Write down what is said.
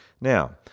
Now